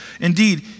Indeed